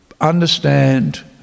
understand